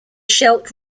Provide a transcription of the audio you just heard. scheldt